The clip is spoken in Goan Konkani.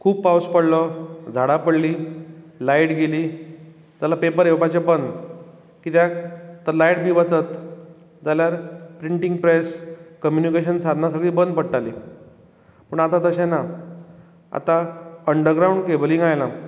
पावस पडलो झाडां पडलीं लायट गेली जाल्यार पेपर येवपाचे बंद कित्याक तर लायट बी वचत जाल्यार प्रिंटींग प्रेस कम्युनिकेशन सादनां सगळीं बंद पडटालीं पूण आतां तशें ना आतां अंदरग्रांवड केबलींग आयलां